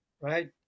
right